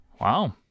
Wow